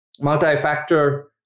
multi-factor